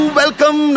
welcome